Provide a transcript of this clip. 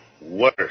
worse